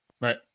Right